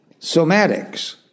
somatics